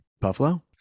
buffalo